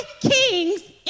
kings